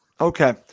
okay